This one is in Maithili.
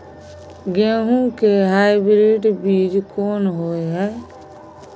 गेहूं के हाइब्रिड बीज कोन होय है?